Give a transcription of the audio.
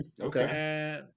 okay